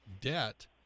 debt